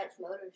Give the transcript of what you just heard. motors